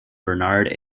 bernard